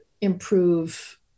improve